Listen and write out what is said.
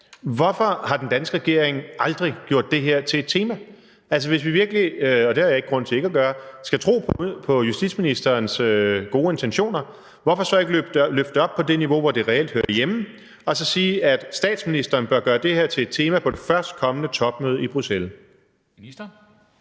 Hvorfor har den danske regering aldrig gjort det her til et tema? Altså, hvis vi virkelig skal tro på justitsministerens gode intentioner – og det har jeg ikke grund til ikke at gøre – hvorfor så ikke løbe det op på det niveau, hvor det reelt hører hjemme, og så sige, at statsministeren bør gøre det her til et tema på det førstkommende topmøde i Bruxelles?